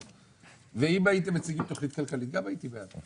אם הייתם מציגים תכנית כלכלית, גם הייתי בעד.